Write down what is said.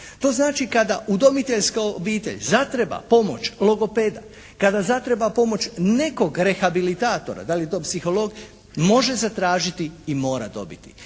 To znači, kada udomiteljska obitelj zatreba pomoć logopeda, kada zatreba pomoć nekog rehabilitatora da li to psiholog može zatražiti i mora dobiti